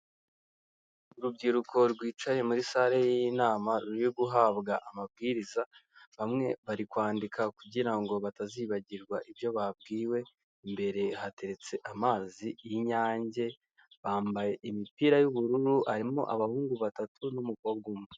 Urubyiruko rwicaye muri sale y'inama ruri guhabwa ababwiriza, bamwe bari kwandika kugirango batazibagirwa ibyo babwiwe, imbere hateretse amazi y'inyange, bambaye imipira y'ubururu, harimo abahungu batatu n'umukobwa umwe.